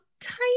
tiny